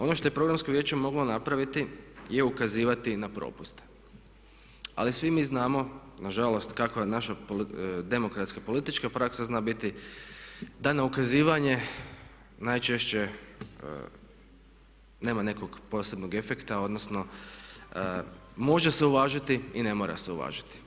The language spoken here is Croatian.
Ono što je Programsko vijeće moglo napraviti je ukazivati na propuste, ali svi mi znamo na žalost kakva je naša demokratska politička praksa zna biti da na ukazivanje najčešće nema nekog posebnog efekta odnosno može se uvažiti i ne mora se uvažiti.